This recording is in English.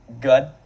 good